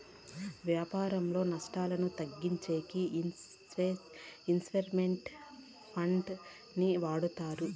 వ్యాపారంలో నష్టాలను తగ్గించేకి ఇన్వెస్ట్ మెంట్ ఫండ్ ని వాడతారు